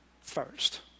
first